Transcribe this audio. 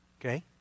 Okay